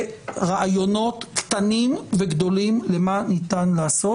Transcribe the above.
ברעיונות קטנים וגדולים למה ניתן לעשות,